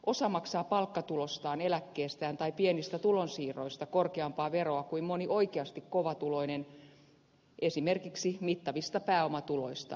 osa maksaa palkkatulostaan eläkkeestään tai pienistä tulonsiirroista korkeampaa veroa kuin moni oikeasti kovatuloinen esimerkiksi mittavista pääomatuloistaan